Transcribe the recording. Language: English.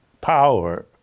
power